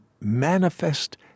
manifest